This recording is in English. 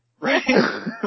Right